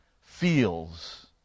feels